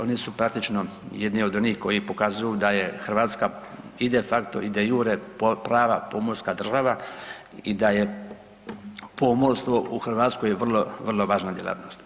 Oni su praktično jedni od onih koji pokazuju da je Hrvatska i de facto i de jure prava pomorska država i da je pomorstvo u Hrvatskoj je vrlo važna djelatnost.